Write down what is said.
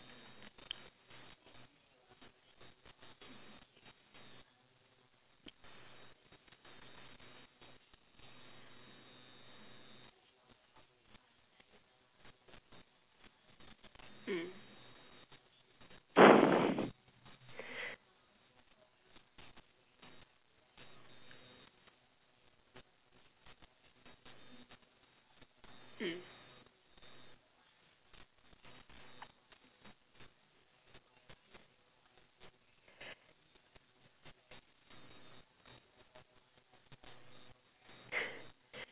mm mm